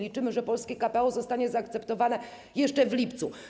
Liczymy, że polskie KPO zostanie zaakceptowane jeszcze w lipcu.